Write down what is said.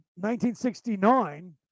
1969